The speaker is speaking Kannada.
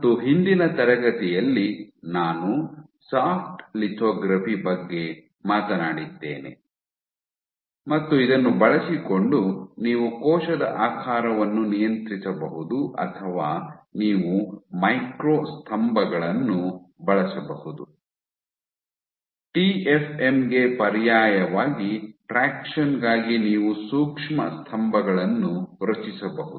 ಮತ್ತು ಹಿಂದಿನ ತರಗತಿಯಲ್ಲಿ ನಾನು ಸಾಫ್ಟ್ ಲಿಥೊಗ್ರಫಿ ಬಗ್ಗೆ ಮಾತನಾಡಿದ್ದೇನೆ ಮತ್ತು ಇದನ್ನು ಬಳಸಿಕೊಂಡು ನೀವು ಕೋಶದ ಆಕಾರವನ್ನು ನಿಯಂತ್ರಿಸಬಹುದು ಅಥವಾ ನೀವು ಮೈಕ್ರೊ ಸ್ತಂಭಗಳನ್ನು ಬಳಸಬಹುದು ಟಿಎಫ್ಎಂ ಗೆ ಪರ್ಯಾಯವಾಗಿ ಟ್ರಾಕ್ಷನ್ ಗಾಗಿ ನೀವು ಸೂಕ್ಷ್ಮ ಸ್ತಂಭಗಳನ್ನು ರಚಿಸಬಹುದು